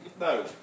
No